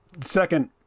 second